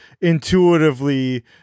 intuitively